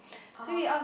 (aha)